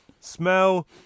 smell